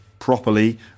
properly